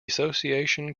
association